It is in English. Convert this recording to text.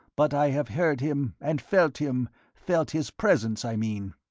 but i have heard him and felt him felt his presence, i mean.